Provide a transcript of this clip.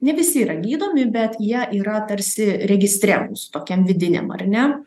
ne visi yra gydomi bet jie yra tarsi registre mūsų tokiam vidiniam ar ne